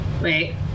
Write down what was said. Wait